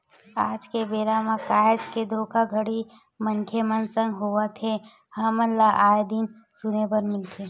आल के बेरा म काहेच के धोखाघड़ी मनखे मन संग होवत हे हमन ल आय दिन सुने बर मिलथे